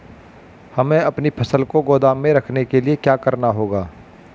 हमें अपनी फसल को गोदाम में रखने के लिये क्या करना होगा?